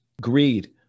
Greed